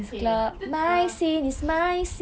okay kita uh